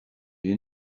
you